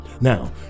Now